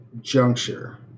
juncture